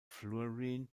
fluorine